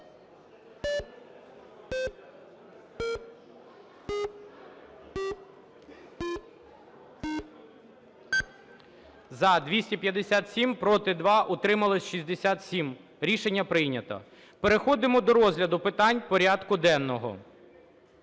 За-257 Проти – 2, утрималось – 67. Рішення прийнято. Переходимо до розгляду питань порядку денного.